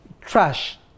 trash